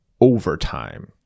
overtime